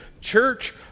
church